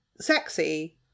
sexy